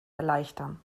erleichtern